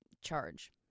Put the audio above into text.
charge